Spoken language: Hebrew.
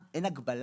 גם אין הגבלה,